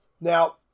Now